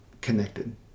connected